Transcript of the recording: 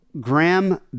Graham